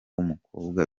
umukobwa